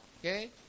okay